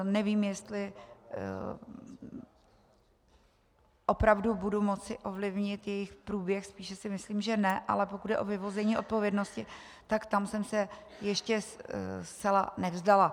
Nevím, jestli opravdu budu moci ovlivnit jejich průběh, spíše si myslím, že ne, ale pokud jde o vyvození odpovědnosti, tam jsem se ještě zcela nevzdala.